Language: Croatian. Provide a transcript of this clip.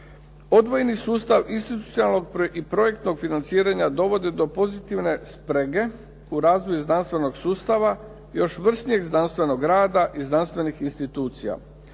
Odvojeni sustav institucionalnog i projektnog financiranja dovodi do pozitivne sprege u razvoju znanstvenog sustava, još vrsnijeg znanstvenog rada i znanstvenih institucija,